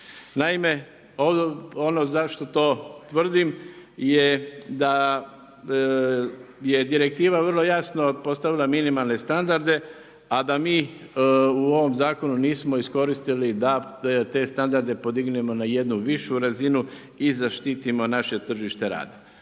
Naime, ono zašto to tvrdim je da je direktivna vrlo jasno postavila minimalne standarde, a da mi u ovom zakonu nismo iskoristili da te standarde podignemo na jednu višu razinu i zaštitimo naše tržište rada.